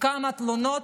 כמה תלונות,